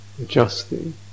adjusting